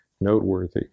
noteworthy